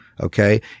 okay